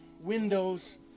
windows